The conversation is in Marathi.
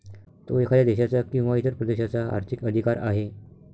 तो एखाद्या देशाचा किंवा इतर प्रदेशाचा आर्थिक अधिकार आहे